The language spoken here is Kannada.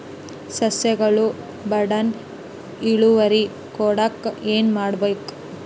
ಸಸ್ಯಗಳು ಬಡಾನ್ ಇಳುವರಿ ಕೊಡಾಕ್ ಏನು ಮಾಡ್ಬೇಕ್?